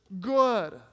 good